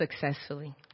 successfully